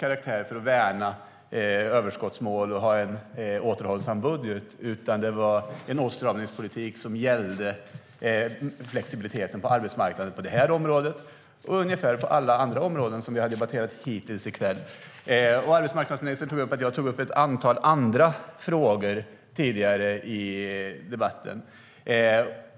karaktär för att värna överskottsmål och ha en återhållsam budget, utan det var en åtstramningspolitik som gällde flexibiliteten på arbetsmarknaden på det här området och ungefär alla andra områden som vi har debatterat hittills i kväll. Arbetsmarknadsministern tog upp att jag tog upp ett antal andra frågor tidigare i debatten.